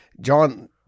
John